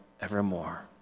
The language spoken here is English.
evermore